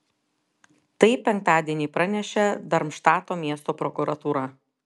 tai penktadienį pranešė darmštato miesto prokuratūra